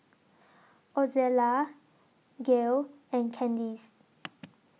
Ozella Gail and Candis